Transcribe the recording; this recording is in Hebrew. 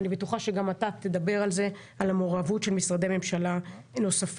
ואני בטוחה שגם אתה תדבר על המעורבות של משרדי ממשלה נוספים.